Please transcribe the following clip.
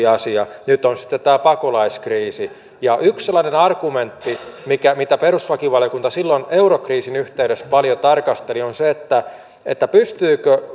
asia nyt on sitten tämä pakolaiskriisi yksi sellainen argumentti mitä perustuslakivaliokunta silloin eurokriisin yhteydessä paljon tarkasteli on se pystyykö